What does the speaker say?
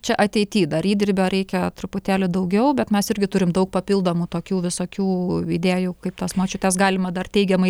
čia ateity dar įdirbio reikia truputėlį daugiau bet mes irgi turim daug papildomų tokių visokių idėjų kaip tas močiutes galima dar teigiamai